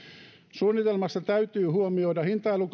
suunnitelmassa täytyy huomioida